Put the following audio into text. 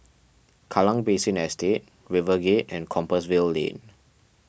Kallang Basin Estate RiverGate and Compassvale Lane